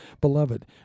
Beloved